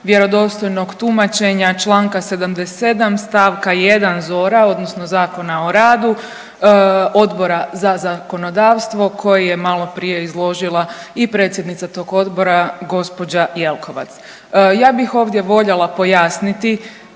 vjerodostojnog tumačenja čl. 77. st. 1. ZOR-a odnosno Zakona o radu Odbora za zakonodavstvo koji je maloprije izložila i predsjednica tog odbora gđa. Jelkovac. Ja bih ovdje voljela pojasniti